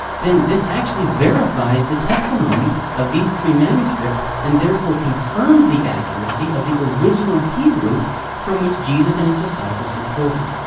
then, this actually verifies the testimony of these three manuscripts, and therefore confirms the accuracy of the original hebrew from which jesus and his disciples were quoting.